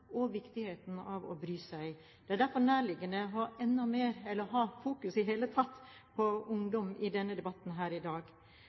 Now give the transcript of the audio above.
og viktigheten av å bry seg. Det er derfor nærliggende å fokusere på ungdom i denne debatten her i